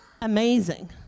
amazing